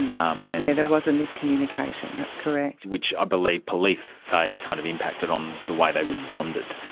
um and yeah there was a miscommunication, that's correct. which i believe police say kind of impacted on the way they responded.